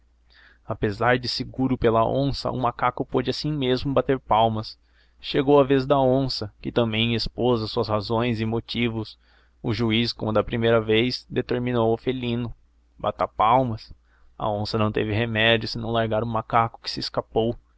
apesar de seguro pela onça o macaco pôde assim mesmo bater palmas chegou a vez da onça que também expôs as suas razões e motivos o juiz como da primeira vez determinou ao felino bata palmas a onça não teve remédio senão largar o macaco que se escapou